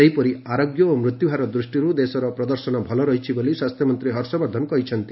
ସେହିପରି ଆରୋଗ୍ୟ ଓ ମୃତ୍ୟୁହାର ଦୃଷ୍ଟିରୁ ଦେଶର ପ୍ରଦର୍ଶନ ଭଲ ରହିଛି ବୋଲି ସ୍ୱାସ୍ଥ୍ୟମନ୍ତ୍ରୀ ହର୍ଷବର୍ଦ୍ଧନ କହିଛନ୍ତି